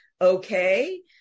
okay